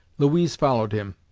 louise followed him.